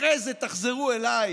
אחרי זה תחזרו אליי